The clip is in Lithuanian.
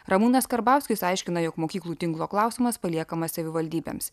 ramūnas karbauskis aiškina jog mokyklų tinklo klausimas paliekamas savivaldybėms